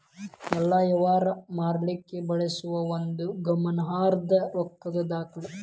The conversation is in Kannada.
ಎಲ್ಲಾ ವ್ಯಾಪಾರ ಮಾಲೇಕ್ರ ಬಳಸೋ ಒಂದು ಗಮನಾರ್ಹದ್ದ ರೊಕ್ಕದ್ ದಾಖಲೆ